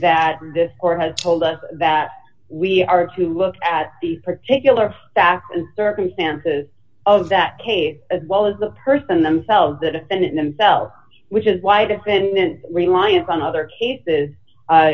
that this court has told us that we are to look at these particular facts circumstances of that case as well as the person themselves the defendant themselves which is why defendant reliance on other cases